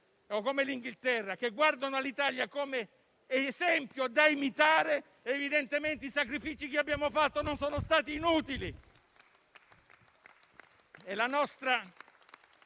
o l'Inghilterra che guardano l'Italia come esempio da imitare, evidentemente i sacrifici che abbiamo fatto non sono stati inutili.